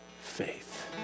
faith